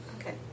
Okay